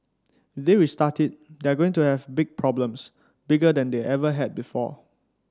if they restart it they're going to have big problems bigger than they ever had before